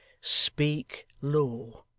speak low